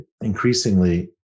increasingly